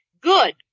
Good